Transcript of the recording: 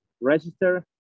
register